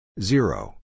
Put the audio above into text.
Zero